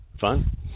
fun